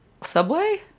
Subway